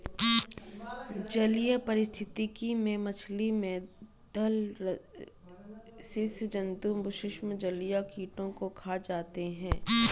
जलीय पारिस्थितिकी में मछली, मेधल स्सि जन्तु सूक्ष्म जलीय कीटों को खा जाते हैं